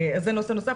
זה נושא נוסף,